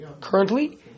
currently